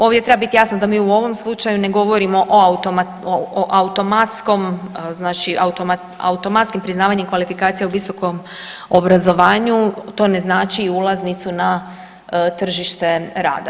Ovdje treba biti jasan da mi u ovom slučaju ne govorimo o automatskom znači automatskim priznavanjem kvalifikacija u visokom obrazovanju, to ne znači ulaznicu na tržište rada.